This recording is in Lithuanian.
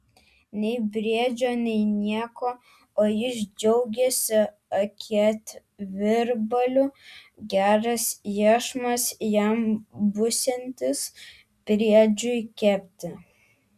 nei briedžio nei nieko o jis džiaugiasi akėtvirbaliu geras iešmas jam būsiantis briedžiui kepti